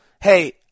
hey